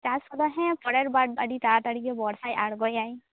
ᱪᱟᱥ ᱠᱚᱫᱚ ᱦᱮᱸ ᱯᱚᱨᱮᱨ ᱵᱟᱨ ᱟᱹᱰᱤ ᱛᱟᱲᱟᱛᱟᱲᱤ ᱜᱮ ᱵᱚᱨᱥᱟᱭ ᱟᱬᱜᱳᱭᱟᱭ